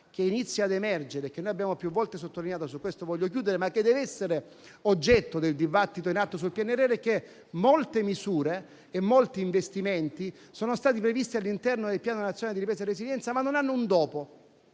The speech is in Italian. che inizia ad emergere, che abbiamo più volte sottolineato e che dev'essere oggetto del dibattito in atto sul PNRR, è che molte misure e molti investimenti sono stati previsti all'interno del Piano nazionale